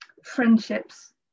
Friendships